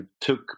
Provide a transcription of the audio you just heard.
took